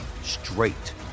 straight